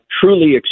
truly